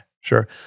Sure